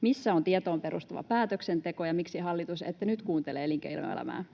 Missä on tietoon perustuva päätöksenteko, ja miksi, hallitus, ette nyt kuuntele elinkeinoelämää?